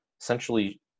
essentially